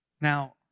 Now